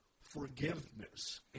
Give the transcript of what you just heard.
forgiveness